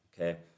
okay